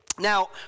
Now